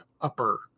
upper